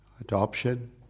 adoption